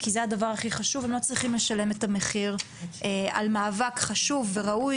כי זה הדבר הכי חשוב.." הם לא צריכים לשלם את המחיר על מאבק חשוב וראוי,